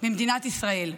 ממדינת ישראל.